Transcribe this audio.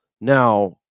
Now